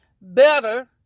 better